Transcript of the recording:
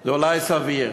זה אולי סביר.